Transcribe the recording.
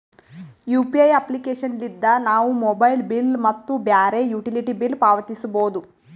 UPI application ಲಿದ್ದ ನಾವು mobile bill ಮತ್ತು ಬ್ಯಾರೆ ಯುಟಿಲಿಟಿ ಬಿಲ್ ಪಾವತಿಸಬೋದು